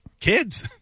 kids